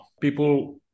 people